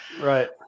right